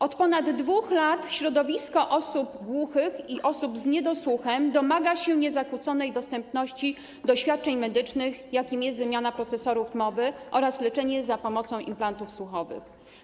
Od ponad 2 lat środowisko osób głuchych i osób z niedosłuchem domaga się niezakłóconego dostępu do świadczeń medycznych, jakimi są wymiana procesorów mowy oraz leczenie za pomocą implantów słuchowych.